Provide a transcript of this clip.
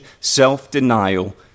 self-denial